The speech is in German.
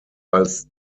als